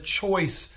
choice